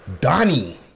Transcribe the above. Donnie